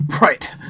Right